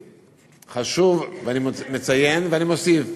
חשוב, אני מציין ואני מוסיף: